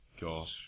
God